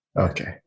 Okay